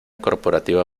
corporativa